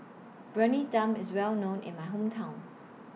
Briyani Dum IS Well known in My Hometown